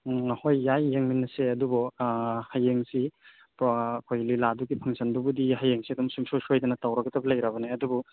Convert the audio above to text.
ꯎꯝ ꯍꯣꯏ ꯌꯥꯏ ꯌꯦꯡꯃꯤꯟꯅꯁꯦ ꯑꯗꯨꯕꯨ ꯍꯌꯦꯡꯁꯤ ꯑꯩꯈꯣꯏ ꯂꯤꯂꯥꯗꯨꯒꯤ ꯐꯪꯁꯟꯗꯨꯕꯨꯗꯤ ꯍꯌꯦꯡꯁꯦ ꯑꯗꯨꯝ ꯁꯨꯡꯁꯣꯏ ꯁꯣꯏꯗꯅ ꯇꯧꯔꯒꯗꯕ ꯂꯩꯔꯕꯅꯦ ꯑꯗꯨꯕꯨ